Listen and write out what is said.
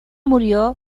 murió